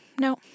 no